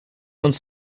uns